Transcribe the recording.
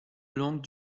langues